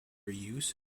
use